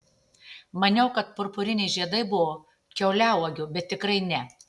maniau kad purpuriniai žiedai buvo kiauliauogių bet tikrai ne